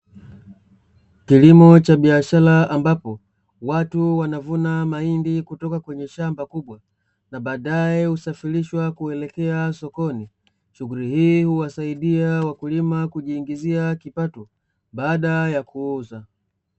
Kilimo cha biashara ambapo watu wanavuna mahindi kutoka kwenye shamba kubwa na baadae husafirishwa kuelekea sokoni, shughuri hii huwasaidia wakulima kujiongezea kipato baada ya kuuza.